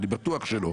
אני בטוח שלא